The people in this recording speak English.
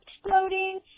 exploding